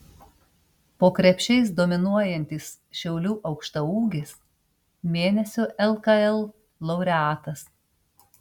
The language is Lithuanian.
po krepšiais dominuojantis šiaulių aukštaūgis mėnesio lkl laureatas